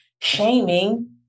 shaming